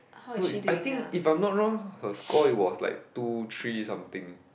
no it I think if I'm not wrong her score is was like two three something